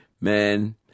man